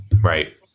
Right